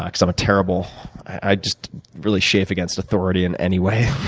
i'm a terrible i just really chafe against authority, in any way,